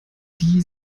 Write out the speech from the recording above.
die